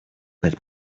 let